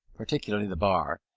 particularly the bar,